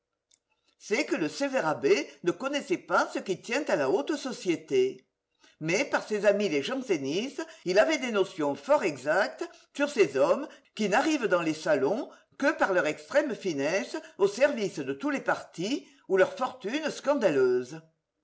c'est que le sévère abbé ne connaissait pas ce qui tient à la haute société mais par ses amis les jansénistes il avait des notions fort exactes sur ces hommes qui n'arrivent dans les salons que par leur extrême finesse au service de tous les partis ou leur fortune scandaleuse